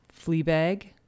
Fleabag